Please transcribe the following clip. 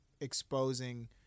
exposing